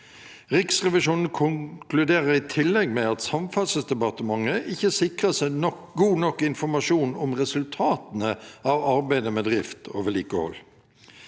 Riksrevisjonen konkluderer i tillegg med at Samferdselsdepartementet ikke sikrer seg god nok informasjon om resultatene av arbeidet med drift og vedlikehold.